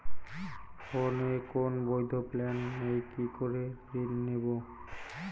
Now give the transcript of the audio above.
ফোনে কোন বৈধ প্ল্যান নেই কি করে ঋণ নেব?